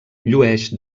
llueix